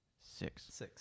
six